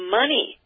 money